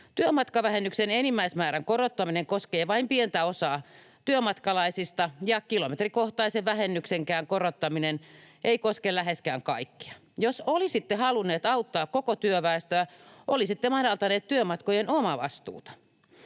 Työmatkavähennyksen enimmäismäärän korottaminen koskee vain pientä osaa työmatkalaisista, ja kilometrikohtaisen vähennyksenkään korottaminen ei koske läheskään kaikkia. Jos olisitte halunneet auttaa koko työväestöä, olisitte madaltaneet työmatkojen omavastuuta.